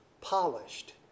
Polished